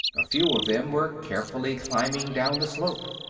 a few of them were carefully climbing down the slope.